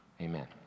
amen